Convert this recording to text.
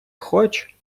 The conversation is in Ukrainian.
хоч